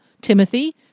timothy